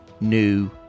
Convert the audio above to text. new